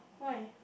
why